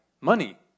money